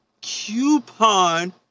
coupon